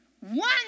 one